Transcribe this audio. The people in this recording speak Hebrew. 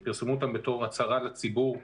הם פרסמו אותם בתור הצהרה לציבור,